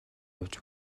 явж